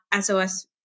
SOS